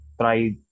try